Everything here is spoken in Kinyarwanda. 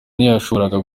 ntiyashoboraga